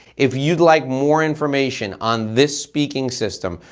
if you'd like more information on this speaking system.